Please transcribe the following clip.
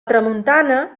tramuntana